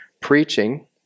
preaching